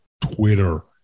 Twitter